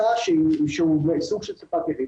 הוא סוג של ספק יחיד.